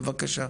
בבקשה.